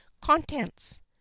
contents